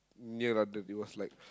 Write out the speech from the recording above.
near London it was like